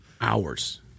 hours